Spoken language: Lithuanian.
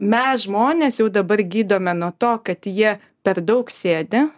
mes žmonės jau dabar gydome nuo to kad jie per daug sėdi